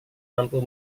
mampu